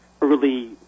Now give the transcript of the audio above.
early